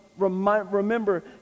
remember